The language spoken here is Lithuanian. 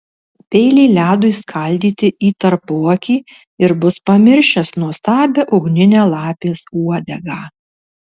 peilį ledui skaldyti į tarpuakį ir bus pamiršęs nuostabią ugninę lapės uodegą